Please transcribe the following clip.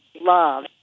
love